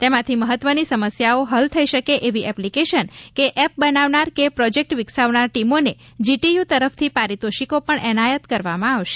તેમાંથી મહત્ત્વની સમસ્યાઓ હલ થઈ શકે એવી એપ્લિકેશન કે એપ બનાવનાર કે પ્રોજેક્ટ વિકસાવનાર ટીમોને જીટીયુ તરફથી પારિતોષિકો પણ એનાયત કરવામાં આવશે